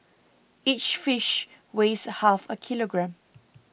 each fish weighs half a kilogram